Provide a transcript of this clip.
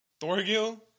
Thorgil